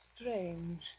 Strange